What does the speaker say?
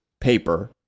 paper